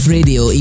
Radio